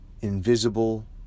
invisible